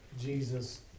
Jesus